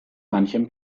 manchem